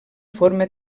forma